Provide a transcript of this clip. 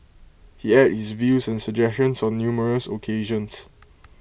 he aired his views and suggestions on numerous occasions